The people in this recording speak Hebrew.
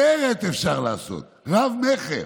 סרט אפשר לעשות, רב-מכר.